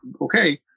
okay